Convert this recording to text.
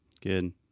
good